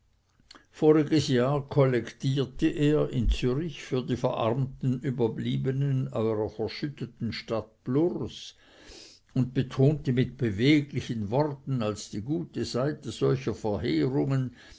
voriges jahr kollektierte er in zürich für die verarmten überbliebenen eurer verschütteten stadt plurs und betonte mit beweglichen worten als die gute seite solcher